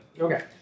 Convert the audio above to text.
Okay